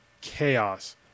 chaos